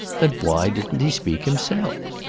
then why didn't he speak himself?